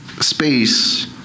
space